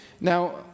Now